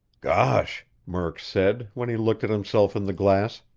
gosh! murk said, when he looked at himself in the glass.